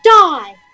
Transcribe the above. die